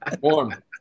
Warm